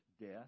death